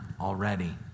already